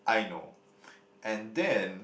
I know and then